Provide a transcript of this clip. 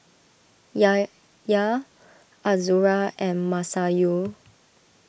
Yahya Azura and Masayu